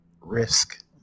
risk